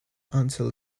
until